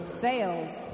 Sales